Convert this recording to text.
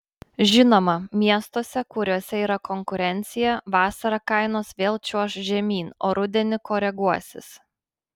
žinoma miestuose kuriuose yra konkurencija vasarą kainos vėl čiuoš žemyn o rudenį koreguosis